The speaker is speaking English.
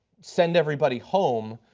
send everybody home,